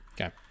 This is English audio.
Okay